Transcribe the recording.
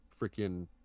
freaking